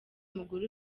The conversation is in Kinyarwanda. umugore